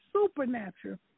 supernatural